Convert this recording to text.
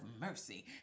mercy